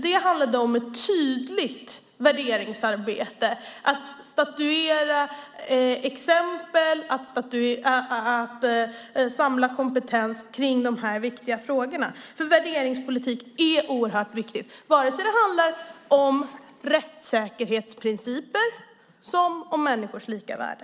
Det handlade om ett tydligt värderingsarbete, att statuera exempel och att samla kompetens kring dessa viktiga frågor, för värderingspolitik är oerhört viktigt oavsett det handlar om rättssäkerhetsprinciper eller om människors lika värde.